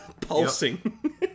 Pulsing